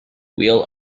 wheel